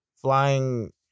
flying